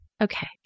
okay